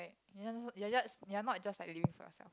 right you are just you are not just like living for yourself